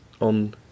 on